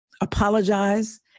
apologize